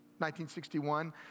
1961